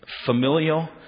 familial